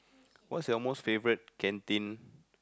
what's your most favourite canteen